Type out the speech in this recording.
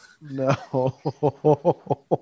No